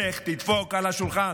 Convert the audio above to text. לך תדפוק על השולחן.